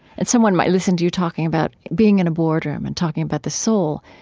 and someone might listen to you talking about being in a board room and talking about the soul